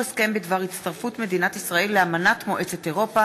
תמר זנדברג,